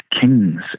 kings